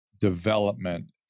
development